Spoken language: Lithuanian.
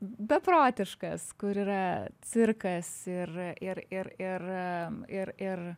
beprotiškas kur yra cirkas ir ir ir ir ir ir